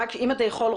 אם אתה יכול,